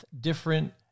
different